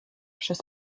przez